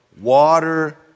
water